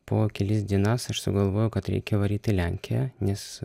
po kelis dienas aš sugalvojau kad reikia varyt į lenkiją nes